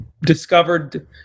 discovered